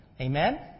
Amen